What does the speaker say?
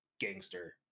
gangster